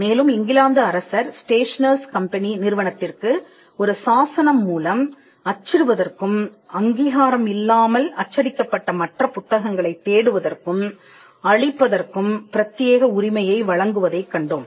மேலும் இங்கிலாந்து அரசர் ஸ்டேஷனர்ஸ் நிறுவனத்திற்கு ஒரு சாசனம் மூலம் அச்சிடுவதற்கும் அங்கீகாரம் இல்லாமல் அச்சடிக்கப்பட்ட மற்ற புத்தகங்களைத் தேடுவதற்கும் அழிப்பதற்கும் பிரத்தியேக உரிமையை வழங்குவதைக் கண்டோம்